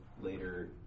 later